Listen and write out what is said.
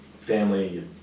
family